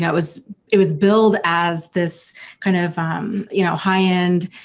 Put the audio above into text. know it was it was billed as this kind of um you know high-end,